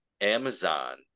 amazon